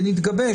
ונתגבש.